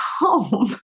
home